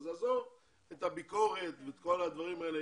אז עזוב את הביקורת ואת כל הדברים האלה,